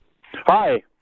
Hi